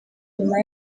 nyuma